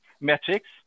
metrics